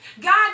God